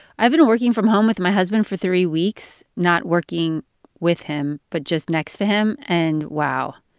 i've been working from home with my husband for three weeks not working with him, but just next to him and, wow,